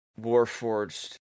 Warforged